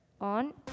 on